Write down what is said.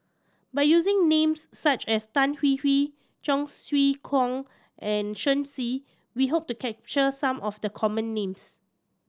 by using names such as Tan Hwee Hwee Cheong Siew Keong and Shen Xi we hope to capture some of the common names